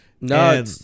No